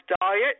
diet